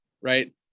right